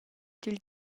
dil